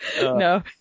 No